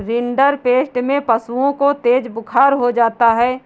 rinderpest में पशुओं को तेज बुखार हो जाता है